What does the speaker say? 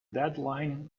deadline